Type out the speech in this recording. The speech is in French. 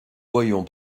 voyons